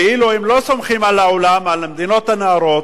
כאילו הם לא סומכים על העולם, על המדינות הנאורות,